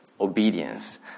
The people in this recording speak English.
obedience